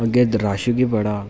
अग्गै रश गै बड़ा